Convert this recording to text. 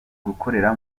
gukorera